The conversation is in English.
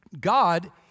God